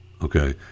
Okay